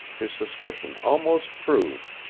his suspicion almost proved,